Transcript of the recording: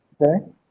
Okay